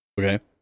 Okay